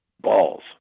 balls